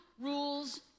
rules